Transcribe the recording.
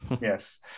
Yes